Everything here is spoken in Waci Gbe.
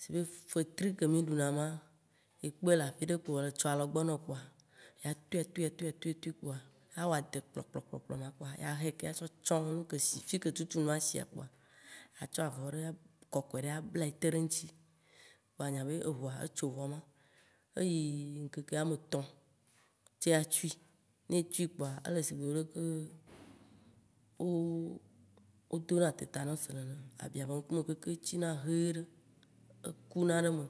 sie fetri ke mì ɖuna ma, ye kpɔe le afiɖe etsɔ alɔgbɔ na wò kpoa, etoe toe kpoa, ya wɔ ade kplɔ, kplɔ, kplɔ ma kpoa, ya hɛ keŋ akɔ tsɔ ŋke si fike tutu nua si kpoa, ya tsɔ avɔ ɖe kɔmɔe ɖe ablaɛ te ɖe eŋti kpoa anya be eʋua etso vɔɛ ma. Eyi ŋkeke ametɔ̃ ce yatui, ne etui kpoa ele sie leke, wo dona tetanos nene, abia be ŋkume keŋkeŋ dzina hi ɖe, ekuna ɖe eme,